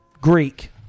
Greek